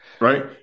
Right